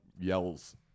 yells